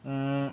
hmm